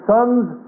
Sons